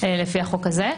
לפי החוק הזה.